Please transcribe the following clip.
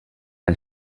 ein